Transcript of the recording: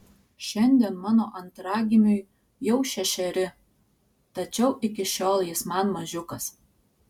šiandien mano antragimiui jau šešeri tačiau iki šiol jis man mažiukas